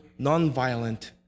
nonviolent